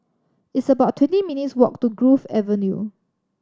it's about twenty minutes' walk to Grove Avenue